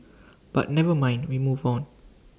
but never mind we move on